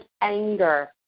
anger